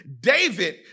David